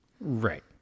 Right